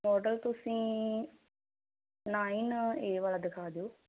model ਤੁਸੀਂ nine A ਵਾਲਾ ਦਿਖਾ ਦਿਓ